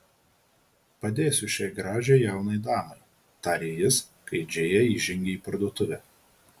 padėsiu šiai gražiai jaunai damai tarė jis kai džėja įžengė į parduotuvę